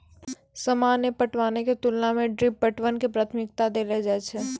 सामान्य पटवनो के तुलना मे ड्रिप पटवन के प्राथमिकता देलो जाय छै